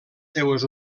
seues